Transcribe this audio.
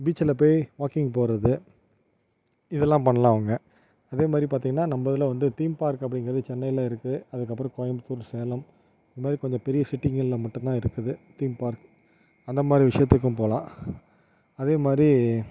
பீச்சில் போய் வாக்கிங் போகிறது இதலாம் பண்ணலாம் அவங்க அதேமாதிரி பார்த்திங்னா நம்மதில் வந்து தீம் பார்க் அப்படிங்கிறது சென்னையில் இருக்குது அதுக்கப்புறம் கோயம்புத்தூர் சேலம் இதுமாதிரி கொஞ்சம் பெரிய சிட்டிங்களில் மட்டுந்தான் இருக்குது தீம் பார்க் அந்தமாதிரி விஷயத்துக்கும் போகலாம் அதேமாதிரி